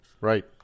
Right